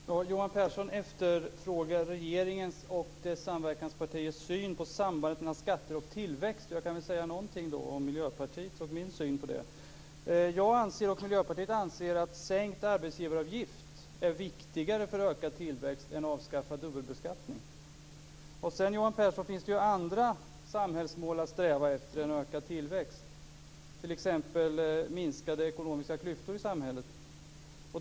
Fru talman! Johan Pehrson efterfrågar regeringens och dess samverkanspartiers syn på sambandet mellan skatter och tillväxt. Jag kan väl säga någonting om Miljöpartiets och min syn på detta. Jag och Miljöpartiet anser att sänkt arbetsgivaravgift är viktigare för ökad tillväxt än avskaffad dubbelbeskattning. Sedan, Johan Pehrson, finns det ju andra samhällsmål att sträva efter än ökad tillväxt, t.ex. minskade ekonomiska klyftor i samhället.